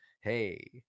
hey